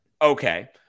Okay